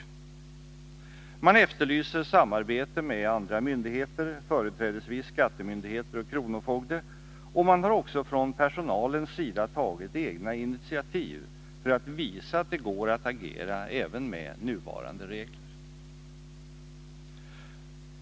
Man efterlyser samarbete med andra myndigheter, företrädesvis skattemyndigheter och kronofogdar, och personalen har också tagit egna initiativ för att visa att det går att agera även med nuvarande regler.